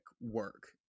work